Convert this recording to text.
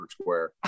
Square